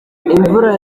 imvura